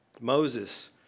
Moses